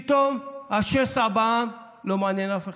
פתאום השסע בעם לא מעניין אף אחד.